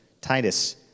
Titus